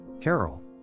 Carol